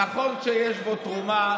נכון שיש בו תרומה,